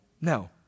No